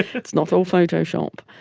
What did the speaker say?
it's not all photoshop.